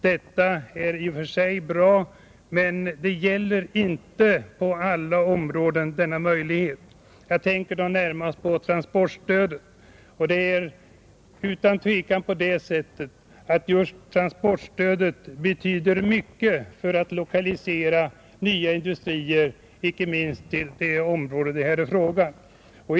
Detta är i och för sig bra, men denna möjlighet gäller inte på alla områden, Jag tänker då närmast på transportstödet. Utan tvekan betyder just transportstödet mycket för att lokalisera nya industrier, inte minst till de områden det här är fråga om.